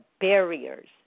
barriers